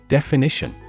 Definition